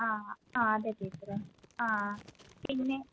ആ ആ അതെ ടീച്ചറെ ആ പിന്നെ